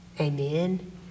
Amen